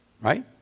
right